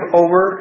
over